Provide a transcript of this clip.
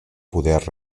poder